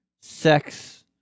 sex